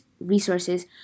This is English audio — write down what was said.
resources